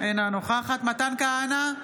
אינה נוכחת מתן כהנא,